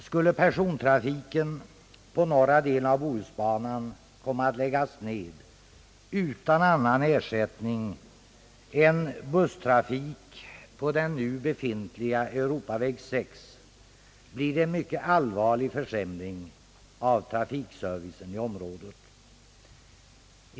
Skulle persontrafiken på norra delen av Bohusbanan komma att läggas ned utan annan ersättning än busstrafik på den nu befintliga Europaväg 6, blir följden en mycket allvarlig försämring av trafikservicen i området.